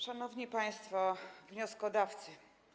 Szanowni Państwo Wnioskodawcy!